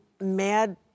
mad